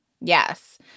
Yes